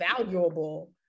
valuable